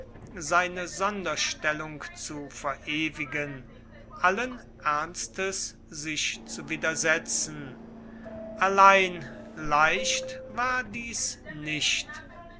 seine sonderstellung zu verewigen allen ernstes sich zu widersetzen allein leicht war dies nicht